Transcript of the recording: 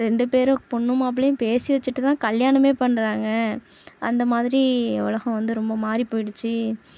ரெண்டு பேரும் பொண்ணும் மாப்பிளையும் பேசி வச்சுட்டு தான் கல்யாணமே பண்ணுறாங்க அந்த மாதிரி உலகம் வந்து ரொம்ப மாறி போயிடுச்சு